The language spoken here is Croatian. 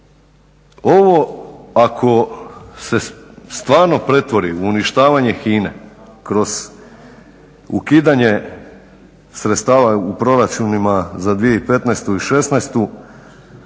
Ovo ako se stvarno pretvori u uništavanje HINA-e kroz ukidanje sredstava u proračunima za 2015. i '16.,